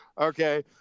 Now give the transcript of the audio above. Okay